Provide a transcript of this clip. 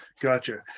Gotcha